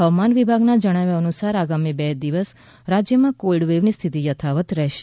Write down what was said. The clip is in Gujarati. હવામાન વિભાગના જણાવ્યા અનુસાર આગામી બે દિવસ રાજ્યમાં કોલ્ડવેવની સ્થિતિ યથાવત રહેશે